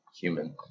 human